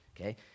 okay